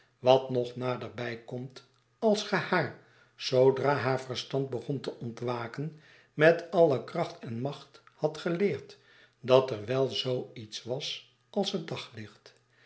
wat nognaderbij komt als ge haar zoodra haar verstand begon te ontwaken met alle kracht en macht hadt geleerd dat er wel zoo iets was